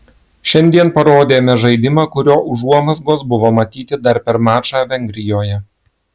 šiandien parodėme žaidimą kurio užuomazgos buvo matyti dar per mačą vengrijoje